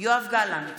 יואב גלנט,